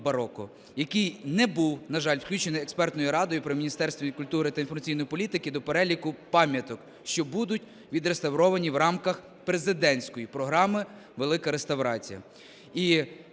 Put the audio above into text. який не був, на жаль, включений експертною радою при Міністерстві культури та інформаційної політики до переліку пам'яток, що будуть відреставровані в рамках президентської програми "Велика реставрація".